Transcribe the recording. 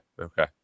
okay